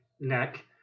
neck